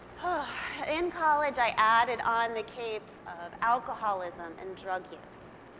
ah in college, i added on the capes of alcoholism and drug use.